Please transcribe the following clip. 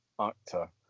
actor